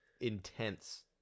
intense